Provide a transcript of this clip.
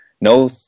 No